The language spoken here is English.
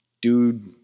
Dude